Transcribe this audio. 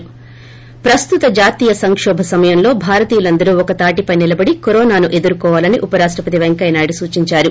ి ప్రస్తుత జాతీయ సంకోభ సమయంలో భారతీయులందరూ ఒకతాటిపై నిలబడి కరోనాను ఎదుర్కోవాలని ఉపరాష్ణపతి వెంకయ్యనాయుడు సూచించారు